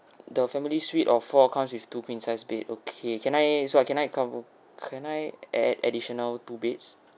the family suite of four comes with two queen size bed okay can I so I can I cover can I add additional two beds